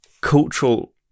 cultural